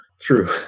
true